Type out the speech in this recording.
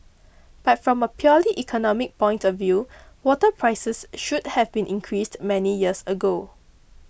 but from a purely economic point of view water prices should have been increased many years ago